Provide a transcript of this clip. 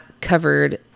covered